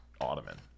ottoman